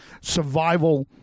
survival